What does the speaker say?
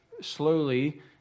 slowly